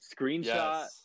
screenshot